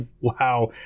wow